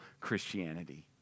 Christianity